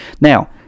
now